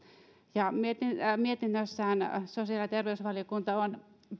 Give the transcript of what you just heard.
mietinnössään sosiaali ja terveysvaliokunta on